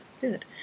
good